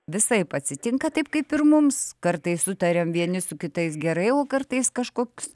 visaip atsitinka taip kaip ir mums kartais sutariam vieni su kitais gerai o kartais kažkoks